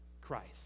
Christ